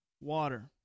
water